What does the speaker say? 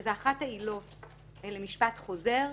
שזו אחת העילות למשפט חוזר,